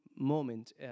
Moment